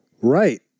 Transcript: Right